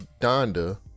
Donda